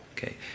Okay